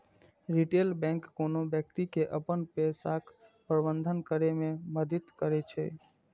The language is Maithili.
रिटेल बैंक कोनो व्यक्ति के अपन पैसाक प्रबंधन करै मे मदति करै छै